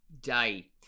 Day